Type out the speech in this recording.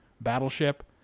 Battleship